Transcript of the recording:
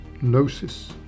gnosis